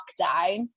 lockdown